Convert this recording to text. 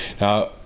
Now